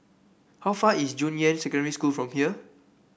how far is Junyuan Secondary School from here